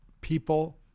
people